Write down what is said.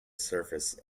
surface